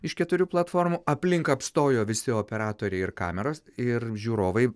iš keturių platformų aplink apstojo visi operatoriai ir kameros ir žiūrovai